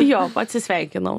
jo atsisveikinau